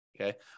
Okay